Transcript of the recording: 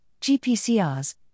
GPCRs